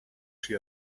she